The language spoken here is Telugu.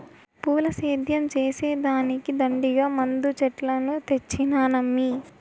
పూల సేద్యం చేసే దానికి దండిగా మందు చెట్లను తెచ్చినానమ్మీ